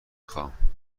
خواهم